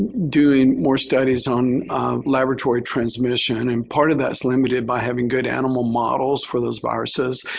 doing more studies on laboratory transmission and part of that is limited by having good animal models for those viruses,